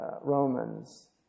Romans